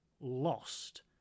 lost